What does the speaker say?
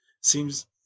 seems